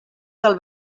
del